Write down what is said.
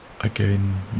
again